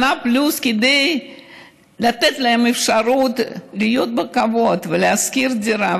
שנה פלוס כדי לתת להם אפשרות לחיות בכבוד ולשכור דירה.